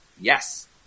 Yes